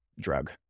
drug